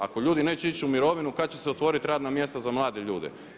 Ako ljudi neće ići u mirovinu kada će se otvoriti radna mjesta za mlade ljude?